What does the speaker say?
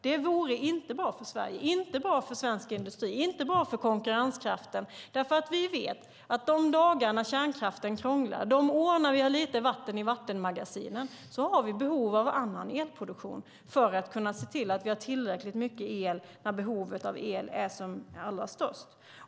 Det vore inte bra för Sverige, svensk industri och konkurrenskraften. Vi vet att de dagar när kärnkraften krånglar och de år när vi har lite vatten i vattenmagasinen har vi behov av annan elproduktion för att kunna se till att vi har tillräckligt mycket el när behovet av el är som allra störst.